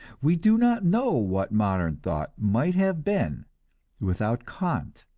we do not know what modern thought might have been without kant,